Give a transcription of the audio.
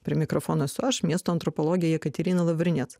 prie mikrofono esu aš miesto antropologė jekaterina lavrinėt